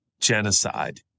genocide